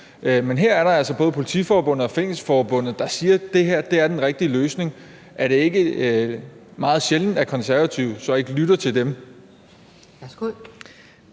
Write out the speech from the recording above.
Men her er der altså både Politiforbundet og Fængselsforbundet, der siger, at det her er den rigtige løsning. Er det ikke meget sjældent, at Konservative så ikke lytter til dem?